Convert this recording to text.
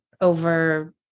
over